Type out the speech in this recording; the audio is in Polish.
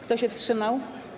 Kto się wstrzymał?